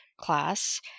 class